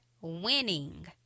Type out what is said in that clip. winning